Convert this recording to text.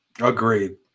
Agreed